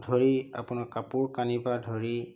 ধৰি আপোনাৰ কাপোৰ কানিপা ধৰি